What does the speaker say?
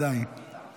--- נכנס